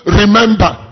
remember